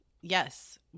yes